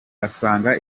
asanga